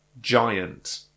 giant